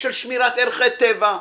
של שמירת ערכי טבע,